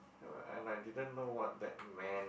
uh and I didn't know what that meant